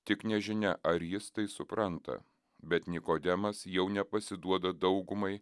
tik nežinia ar jis tai supranta bet nikodemas jau nepasiduoda daugumai